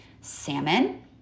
salmon